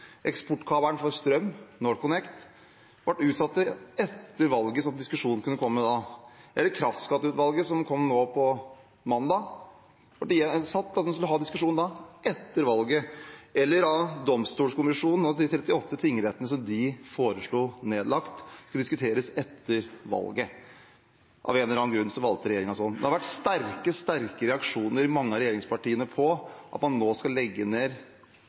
eksportkabelen for strøm, NorthConnect, ble utsatt til etter valget. Det ble sagt at vi skulle ha diskusjonen om kraftskatteutvalget etter valget. Utredningen kom nå på mandag. Domstolkommisjonen foreslo nedleggelse av 38 tingretter. Det skulle diskuteres etter valget. Av en eller annen grunn valgte regjeringen å gjøre det slik. Det har kommet sterke reaksjoner fra mange i regjeringspartiene på at man ifølge Domstolkommisjonen nå skal legge ned